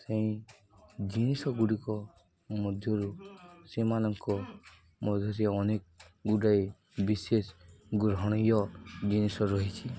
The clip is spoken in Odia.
ସେହି ଜିନିଷଗୁଡ଼ିକ ମଧ୍ୟରୁ ସେମାନଙ୍କ ମଧ୍ୟରେ ଅନେକ ଗୁଡ଼ାଏ ବିଶେଷ ଗ୍ରହଣୀୟ ଜିନିଷ ରହିଛି